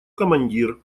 командир